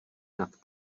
nad